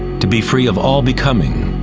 to be free of all becoming.